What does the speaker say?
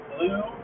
Blue